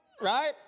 right